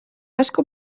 asko